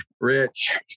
Rich